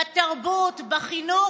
בתרבות, בחינוך